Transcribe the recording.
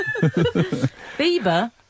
Bieber